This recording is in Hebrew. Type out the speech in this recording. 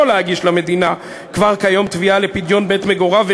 להגיש למדינה כבר כיום תביעה לפדיון בית מגוריו,